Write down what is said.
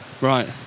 Right